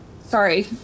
sorry